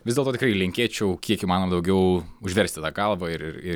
vis dėlto tikrai linkėčiau kiek įmanoma daugiau užversti tą galvą ir ir